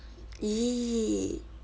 !ee!